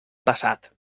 pesat